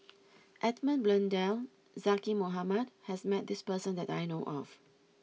Edmund Blundell and Zaqy Mohamad has met this person that I know of